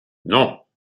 non